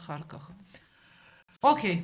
אוקיי.